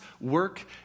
work